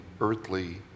earthly